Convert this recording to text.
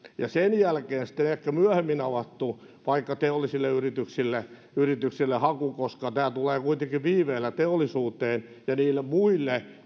ja sen jälkeen sitten ehkä myöhemmin avattu vaikka teollisille yrityksille yrityksille haku koska tämä tulee kuitenkin viiveellä teollisuuteen ja niille muille